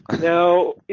now